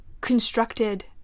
constructed